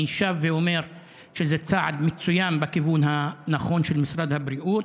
אני שב ואומר שזה צעד מצוין בכיוון הנכון של משרד הבריאות.